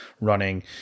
running